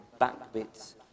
backbits